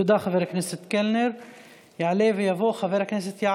תודה, חבר הכנסת קלנר.